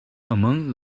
among